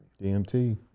DMT